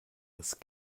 ist